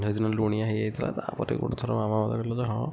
ସେଦିନ ଲୁଣିଆ ହୋଇଯାଇଥିଲା ତା'ପରେ ଗୋଟିଏ ଥର ମାମା ମୋତେ କହିଲା ଯେ ହଁ